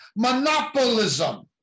Monopolism